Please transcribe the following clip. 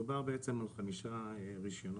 שם מדובר על אלפים של רישיונות.